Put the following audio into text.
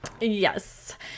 Yes